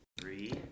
Three